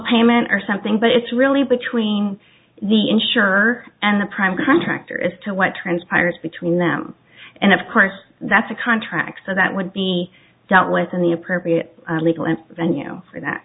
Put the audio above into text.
payment or something but it's really between the insurer and the prime contractor as to what transpires between them and of course that's a contract so that would be dealt with in the appropriate legal and venue for that